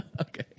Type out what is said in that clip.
Okay